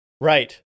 Right